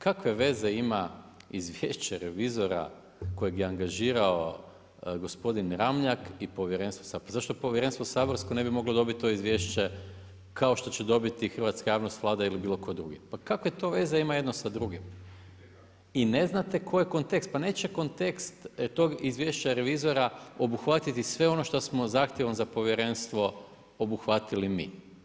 Kakve veze ima izvješće revizora kojeg je angažirao gospodin Ramljak i … zašto povjerenstvo saborsko ne bi moglo dobiti to izvješće kao što će dobiti hrvatska javnost, Vlada ili bilo tko drugi, pa kakve to veze ima jedno sa drugim? i ne znate koji je kontekst, pa neće kontekst tog izvješća revizora obuhvatiti sve ono šta smo zahtjevom za povjerenstvo obuhvatili mi.